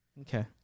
Okay